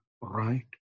right